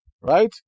Right